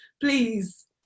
please